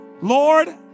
Lord